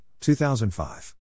2005